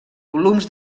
volums